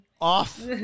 off